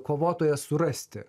kovotojas surasti